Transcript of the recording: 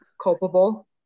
culpable